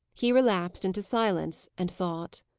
he relapsed into silence and thought.